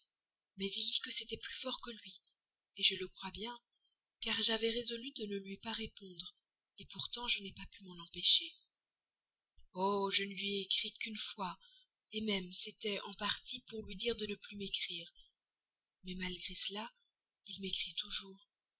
mais il dit que c'était plus fort que lui je le crois bien car j'avais résolu de ne lui pas répondre pourtant je n'ai pas pu m'en empêcher oh je ne lui ai écrit qu'une fois même c'était en partie pour lui dire de ne plus m'écrire mais malgré cela il m'écrit toujours